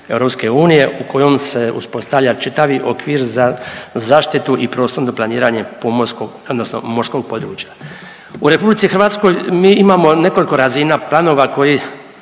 EU kojom se uspostavlja čitav okvir za zaštitu i prostorno planiranje pomorskog, odnosno morskog područja. U Republici Hrvatskoj mi imamo nekoliko razina planova koji